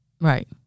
Right